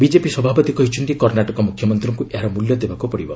BJP ସଭାପତି କହିଛନ୍ତି କର୍ଣ୍ଣାଟକ ମୁଖ୍ୟମନ୍ତ୍ରୀଙ୍କୁ ଏହାର ମୂଲ୍ୟ ଦେବାକୁ ପଡିବ